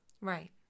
Right